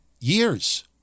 years